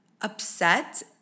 upset